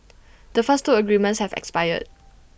the first two agreements have expired